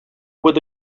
with